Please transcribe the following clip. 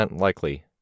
likely